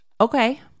Okay